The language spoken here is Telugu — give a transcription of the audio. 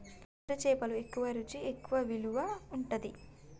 సముద్ర చేపలు ఎక్కువ రుచి ఎక్కువ విలువ ఉంటది